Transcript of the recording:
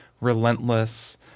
relentless